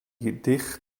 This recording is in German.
gedicht